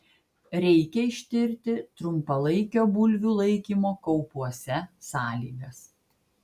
reikia ištirti trumpalaikio bulvių laikymo kaupuose sąlygas